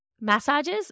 Massages